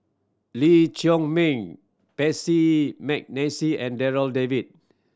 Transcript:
Lee Chiaw Meng Percy McNeice and Darryl David